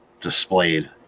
displayed